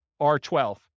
R12